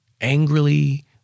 angrily